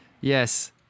Yes